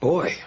Boy